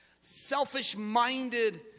selfish-minded